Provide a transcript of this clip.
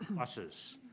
um buses.